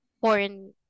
foreign